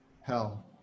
Hell